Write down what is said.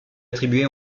attribué